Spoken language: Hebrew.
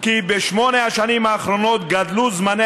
כי בשמונה השנים האחרונות גדלו זמני